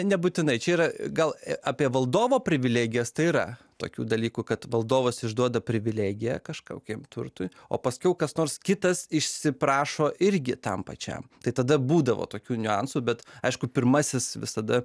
ne ne ne nebūtinai čia yra gal apie valdovo privilegijas tai yra tokių dalykų kad valdovas išduoda privilegiją kažkokiam turtui o paskiau kas nors kitas išsiprašo irgi tam pačiam tai tada būdavo tokių niuansų bet aišku pirmasis visada